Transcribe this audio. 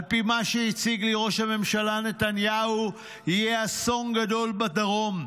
על פי מה שהציג לי ראש הממשלה נתניהו יהיה אסון גדול בדרום,